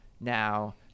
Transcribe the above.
Now